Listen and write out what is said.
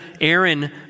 Aaron